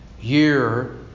Year